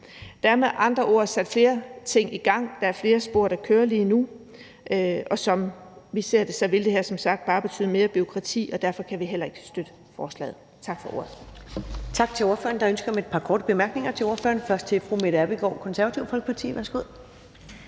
Der er med andre ord sat flere ting i gang. Der er flere spor, der kører lige nu, og som vi ser det, vil det her beslutningsforslag som sagt bare betyde mere bureaukrati, og derfor kan vi heller ikke støtte forslaget. Tak for ordet.